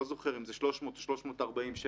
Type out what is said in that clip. לא זוכר אם זה 300 או 340 שקל,